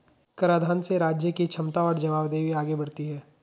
कराधान से राज्य की क्षमता और जवाबदेही आगे बढ़ती है